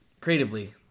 creatively